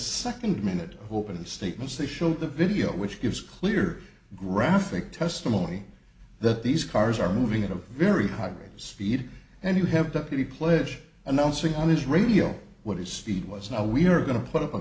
second minute opening statements they showed the video which gives clear graphic testimony that these cars are moving at a very high rate of speed and you have deputy pledge announcing on his radio what his speed was now we are going to put up a